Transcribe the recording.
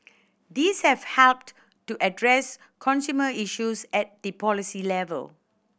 these have helped to address consumer issues at the policy level